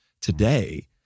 today